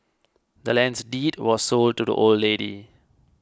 the land's deed was sold to the old lady